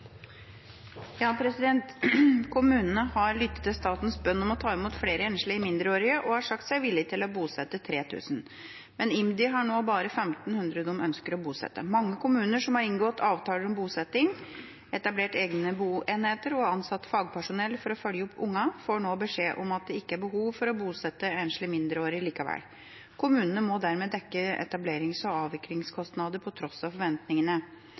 har sagt seg villige til å bosette 3 000. Men IMDi har nå bare 1 500 de ønsker å bosette. Mange kommuner som har inngått avtaler om bosetting, etablert egnede boenheter og ansatt fagpersonell for å følge opp barna, får nå beskjed om at det ikke er behov for å bosette enslige mindreårige likevel. Kommunene må dermed dekke etablerings- og avviklingskostnader på tross av forventningene.